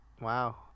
Wow